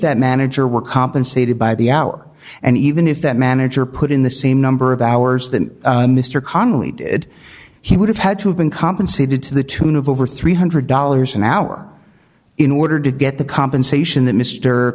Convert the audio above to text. that manager were compensated by the hour and even if that manager put in the same number of hours that mr conley did he would have had to have been compensated to the tune of over three hundred dollars an hour in order to get the compensation